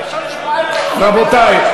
רבותי,